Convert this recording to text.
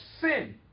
sin